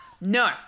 No